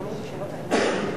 להירשם כנכים.